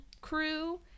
crew